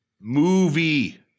movie